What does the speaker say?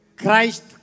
Christ